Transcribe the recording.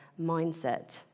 mindset